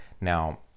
Now